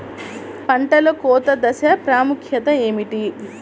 పంటలో కోత దశ ప్రాముఖ్యత ఏమిటి?